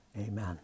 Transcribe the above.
Amen